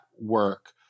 work